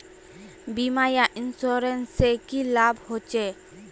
बीमा या इंश्योरेंस से की लाभ होचे?